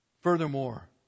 Furthermore